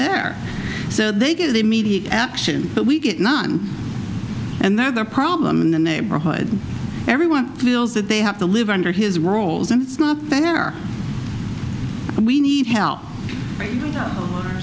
there so they get immediate action but we get none and the other problem in the neighborhood everyone feels that they have to live under his roles and it's not fair and we need help